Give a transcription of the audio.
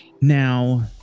now